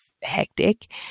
hectic